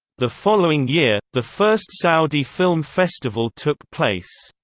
the following year, the first saudi film festival took place.